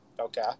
Okay